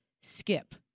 skip